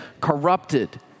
corrupted